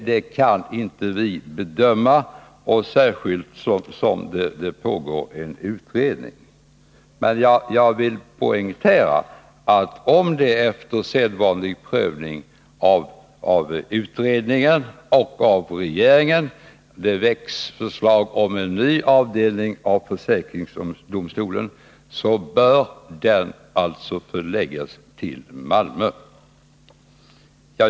Det kan vi inte bedöma, och dessutom pågår det en utredning. Men om det, efter sedvanlig prövning av utredningen och av regeringen, väcks förslag om en ny avdelning av försäkringsdomstolen bör den alltså förläggas till Malmö — det vill jag poängtera.